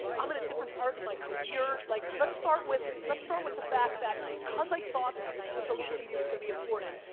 i'm in a different part of my career, like, let's start with, let's start with the fact that because i thought the social media was gonna be important,